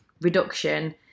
reduction